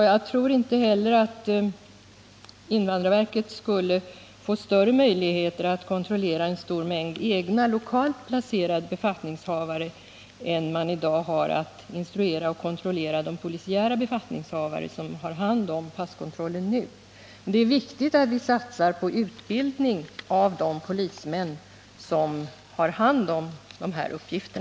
Jag tror inte att man där genom den föreslagna åtgärden skulle få större möjligheter att kontrollera en stor mängd egna, lokalt placerade befattningshavare än man i dag har när det gäller att instruera och kontrollera de polisiära befattningshavare som har hand om passkontrollen. Men det är viktigt att vi satsar på utbildning av de polismän som har hand om dessa uppgifter.